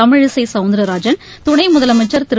தமிழிசை சவுந்தரராஜன் கிணை முதலமைச்சர் திரு